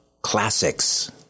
classics